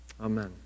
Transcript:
Amen